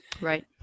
Right